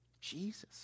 Jesus